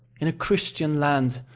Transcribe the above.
in a christian land,